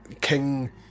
King